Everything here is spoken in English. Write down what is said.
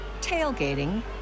tailgating